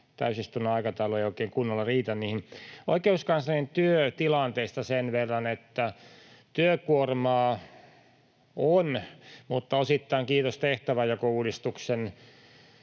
täysistunnon aikataulu ei oikein kunnolla riitä niihin. Oikeuskanslerin työtilanteesta sen verran, että työkuormaa on, mutta osittain kiitos tehtäväjakouudistuksen